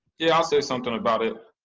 yeah ah so something about it.